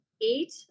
eight